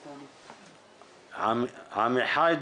של השלטון המקומי, על הבעיה הזאת